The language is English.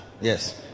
Yes